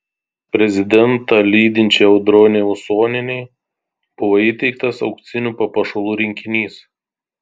prezidentą lydinčiai audronei usonienei buvo įteiktas auksinių papuošalų rinkinys